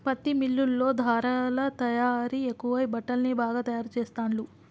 పత్తి మిల్లుల్లో ధారలా తయారీ ఎక్కువై బట్టల్ని బాగా తాయారు చెస్తాండ్లు